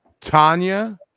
Tanya